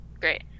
Great